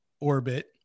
orbit